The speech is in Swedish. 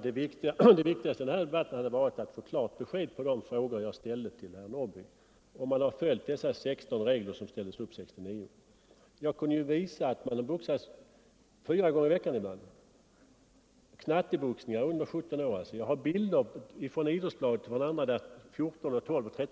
Herr talman! Det viktigaste i den här debatten hade varit att få klart besked beträffande de frågor jag ställde till herr Norrby, om man har följt de 16 regler som ställdes upp år 1969. Jag kunde visa att det ibland har förekommit att ungdomar under 17 år har boxats fyra gånger i veckan — i s.k. knatteboxningar. Jag har bilder från bl.a. Idrottsbladet som visar att 12-, 13 och